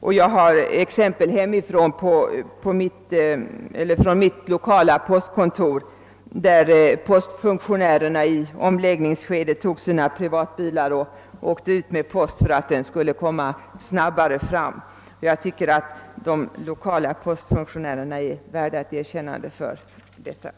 Jag kan som exempel nämna att postfunktionärerna på mitt lokala postkontor i omläggningsskedet tog sina privatbilar och åkte ut med posten för att den snabbare skulle komma fram. Jag tycker att de lokala postfunktionärerna är värda ett erkännande för sitt arbete.